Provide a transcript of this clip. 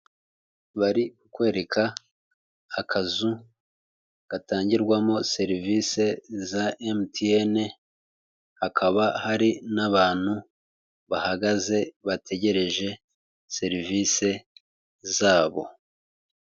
Bari kwereka akazu gatangirwamo serivisi za MTN, hakaba hari n'abantu bahagaze bategereje serivisi zabo.